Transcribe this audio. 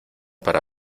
para